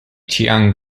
chiang